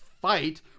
fight